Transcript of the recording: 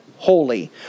holy